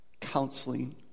counseling